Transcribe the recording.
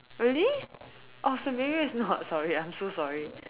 really awesome maybe it's not sorry I'm so sorry